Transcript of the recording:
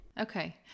okay